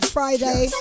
Friday